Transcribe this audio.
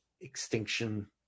extinction